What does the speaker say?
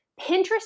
Pinterest